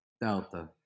Delta